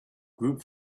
group